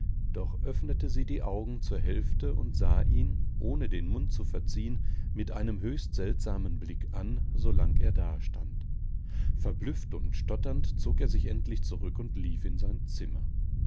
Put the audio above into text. doch öffnete sie die augen zur hälfte und sah ihn ohne den mund zu verziehen mit einem höchst seltsamen blick an so lang er dastand verblüfft und stotternd zog er sich endlich zurück und lief in sein zimmer